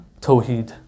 Tawheed